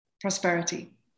prosperity